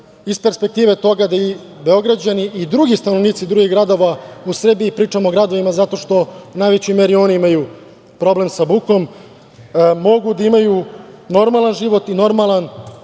iz perspektive toga da Beograđani i drugi stanovnici drugih gradova u Srbiji, pričamo o gradovima zato što u najvećoj meri oni imaju problem sa bukom, mogu da imaju normalna život i normalan